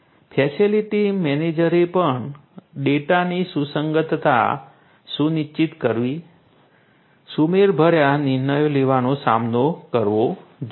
facility મેનેજરે પણ ડેટાની સુસંગતતા સુનિશ્ચિત કરવી સુમેળભર્યા નિર્ણયો લેવાનો સામનો કરવો જોઈએ